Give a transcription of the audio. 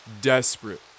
Desperate